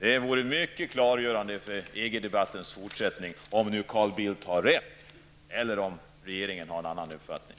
Det vore mycket klargörande för EG debattens fortsättning att få veta om Carl Bildt har rätt eller om regeringen har en annan uppfattning.